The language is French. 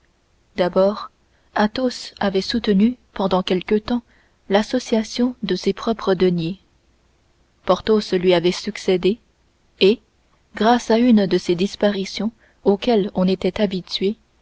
d'abord athos avait soutenu pendant quelque temps l'association de ses propres deniers porthos lui avait succédé et grâce à une de ces disparitions auxquelles on était habitué